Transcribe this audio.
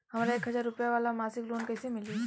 हमरा एक हज़ार रुपया वाला मासिक लोन कईसे मिली?